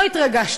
לא התרגשתי.